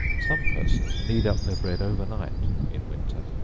some persons knead up their bread over night in winter,